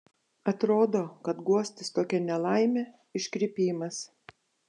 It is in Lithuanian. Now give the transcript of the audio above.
atrodo kad guostis tokia nelaime iškrypimas